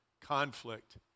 conflict